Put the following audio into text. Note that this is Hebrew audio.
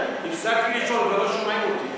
הפסקתי לשאול, כבר לא שומעים אותי.